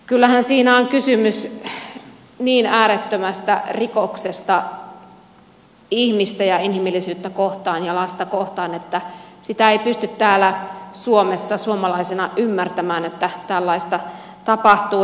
kyllähän siinä on kysymys niin äärettömästä rikoksesta ihmistä ja inhimillisyyttä kohtaan ja lasta kohtaan että sitä ei pysty täällä suomessa suomalaisena ymmärtämään että tällaista tapahtuu